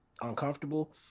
uncomfortable